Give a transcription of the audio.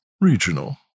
regional